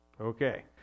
Okay